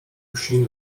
erschien